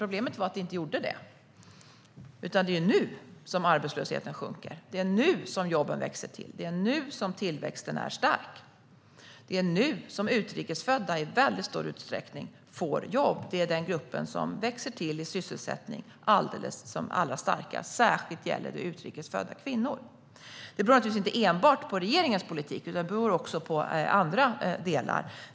Problemet var att de inte gjorde det, utan det är nu arbetslösheten sjunker, det är nu jobben växer till, det är nu tillväxten är stark och det är nu utrikesfödda i väldigt stor utsträckning får jobb. Det är den grupp som växer till i sysselsättning allra starkast, och det gäller särskilt utrikesfödda kvinnor. Det beror naturligtvis inte enbart på regeringens politik utan också på andra delar.